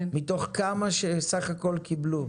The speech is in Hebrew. מתוך כמה שסך הכול קיבלו?